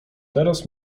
teraz